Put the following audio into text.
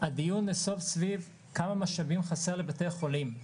הדיון נסב סביב כמה משאבים חסר לבתי חולים,